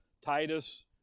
Titus